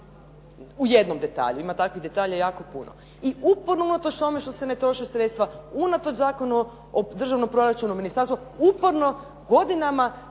u jednom detalju, ima takvih detalja jako puno. I uporno unatoč tome što se ne troše sredstva, unatoč Zakonu o državnom proračunu, ministarstvo uporno godinama